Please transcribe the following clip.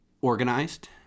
organized